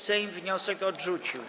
Sejm wniosek odrzucił.